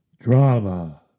Drama